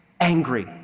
angry